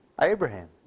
Abraham